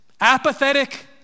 apathetic